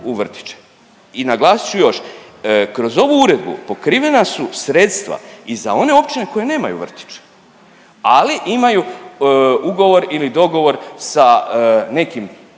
I naglasit ću još kroz ovu uredbu pokrivena su sredstva i za one općine koje nemaju vrtiće, ali imaju ugovor ili dogovor sa nekim